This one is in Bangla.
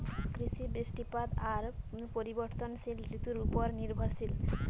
কৃষি, বৃষ্টিপাত আর পরিবর্তনশীল ঋতুর উপর নির্ভরশীল